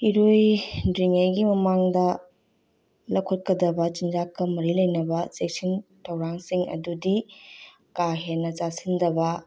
ꯏꯔꯣꯏꯗ꯭ꯔꯤꯉꯩꯒꯤ ꯃꯃꯥꯡꯗ ꯂꯧꯈꯠꯀꯗꯕ ꯆꯤꯟꯖꯥꯛꯀ ꯃꯔꯤ ꯂꯩꯅꯕ ꯆꯦꯛꯁꯤꯟ ꯊꯧꯔꯥꯡꯁꯤꯡ ꯑꯗꯨꯗꯤ ꯀꯥ ꯍꯦꯟꯅ ꯆꯥꯁꯤꯟꯗꯕ